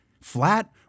flat